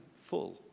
full